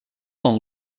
dans